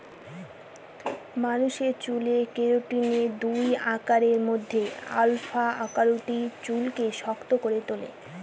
মানুষের চুলে কেরাটিনের দুই আকারের মধ্যে আলফা আকারটি চুলকে শক্ত করে তুলে